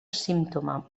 símptoma